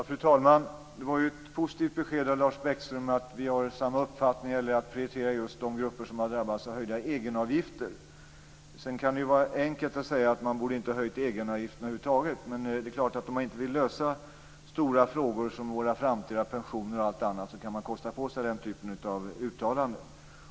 Fru talman! Det var ett positivt besked från Lars Bäckström, att vi har samma uppfattning om att de grupper som har drabbats av höjda egenavgifter skall prioriteras. Det kan vara enkelt att säga att man inte borde ha höjt egenavgifterna över huvud taget. Men om man inte vill lösa stora frågor som våra framtida pensioner kan man kosta på sig den typen av uttalande.